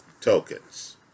tokens